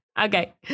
Okay